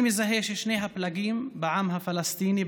אני מזהה ששני הפלגים בעם הפלסטיני,